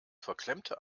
verklemmte